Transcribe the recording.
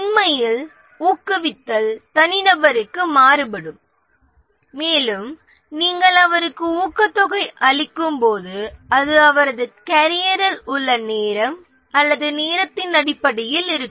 உண்மையில் ஊக்குவித்தல் ஒவ்வொரு நபருக்கும் மாறுபடும் மேலும் நீங்கள் அவருக்கு ஊக்கத்தொகை அளிக்கும்போது அது அவரது கேரியரில் உள்ள நேரம் அல்லது நேரத்தின் அடிப்படையில் இருக்கும்